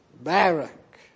Barak